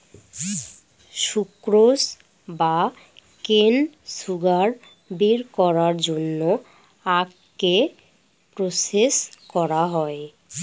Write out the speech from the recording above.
sucrose বা cane sugar বের করার জন্য আখকে প্রসেস করা হয়